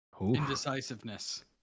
Indecisiveness